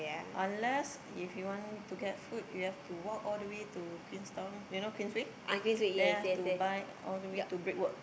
unless if you want to get food you have to walk all the way to Queenstown you know Queensway then have to buy all the way to Brickwork